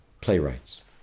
playwrights